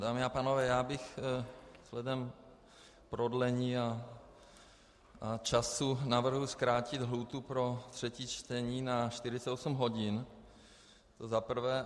Dámy a pánové, já bych vzhledem k prodlení a času navrhl zkrátit lhůtu pro třetí čtení na 48 hodin, to za prvé.